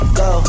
go